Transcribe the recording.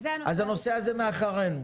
אז הנושא הזה מאחורינו.